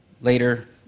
Later